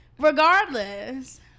Regardless